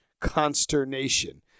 consternation